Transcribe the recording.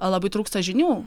labai trūksta žinių